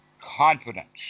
confidence